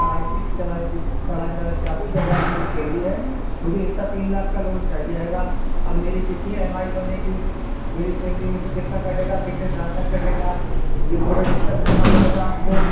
کرھائی س کرھائی س کرھائی سڑائی سکھاتی دس ہزار میری سیلری ہے مجھے اتا تین لاکھ کا لون چاہیے ہے گا اب میری کتنی ایم آئی بنے گی میری سیلی میں سے کتنا کٹے گا کتنے سال تک کٹے گا یہ پورا ڈسکس کرنا پڑے گا آپ کو